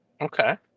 Okay